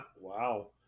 Wow